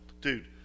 dude